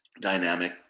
dynamic